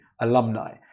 alumni